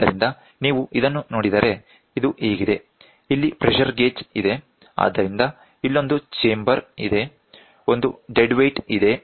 ಆದ್ದರಿಂದ ನೀವು ಇದನ್ನು ನೋಡಿದರೆ ಇದು ಹೀಗಿದೆ ಇಲ್ಲಿ ಪ್ರೆಶರ್ ಗೇಜ್ ಇದೆ ಆದ್ದರಿಂದ ಇಲ್ಲೊಂದು ಚೇಂಬರ್ ಇದೆ ಒಂದು ಡೆಡ್ ವೇಟ್ ಇದೆ